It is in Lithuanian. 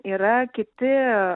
yra kiti